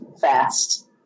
fast